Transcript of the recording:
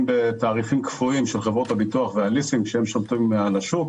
בתעריפים קפואים של חברות הביטוח והליסינג ששולחים לשוק.